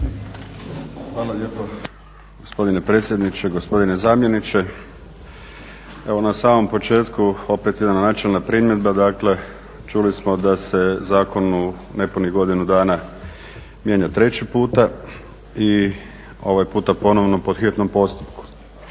Hvala lijepo gospodine predsjedniče, gospodine zamjeniče. Evo na samom početku opet jedna načelna primjedba. Dakle, čuli smo da se zakon u nepunih godinu dana mijenja treći puta i ovaj puta ponovno po hitnom postupku.